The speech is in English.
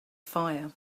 fire